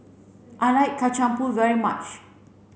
I like Kacang Pool very much